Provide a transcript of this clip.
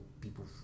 people